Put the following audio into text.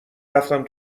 رفتم